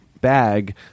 bag